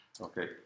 okay